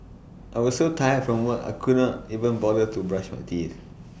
I was so tired from work I could not even bother to brush my teeth